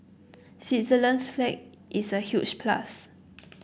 Switzerland's flag is a huge plus